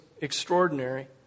extraordinary